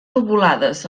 lobulades